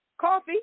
Coffee